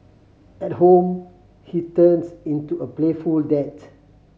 at home he turns into a playful dad